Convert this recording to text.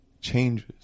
changes